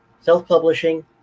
self-publishing